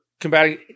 Combating